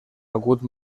hagut